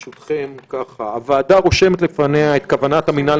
ברשותכם: הוועדה רושמת לפניה את כוונת המינהל